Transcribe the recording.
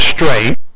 Straight